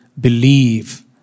believe